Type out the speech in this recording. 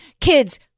kids